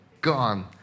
gone